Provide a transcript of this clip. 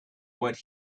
what